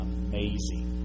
amazing